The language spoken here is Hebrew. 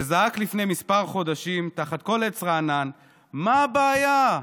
שזעק לפני כמה חודשים תחת כל עץ רענן "מה הבעיה,